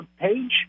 page